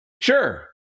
Sure